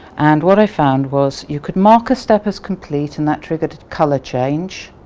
and what i found was, you could mark a step as complete and that triggered a color change,